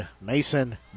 Mason